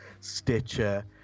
Stitcher